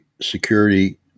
security